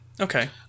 Okay